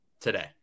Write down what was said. today